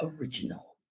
original